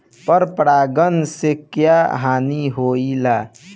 पर परागण से क्या हानि होईला?